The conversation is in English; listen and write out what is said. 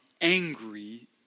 angry